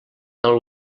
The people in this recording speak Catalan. del